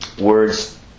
words